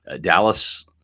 Dallas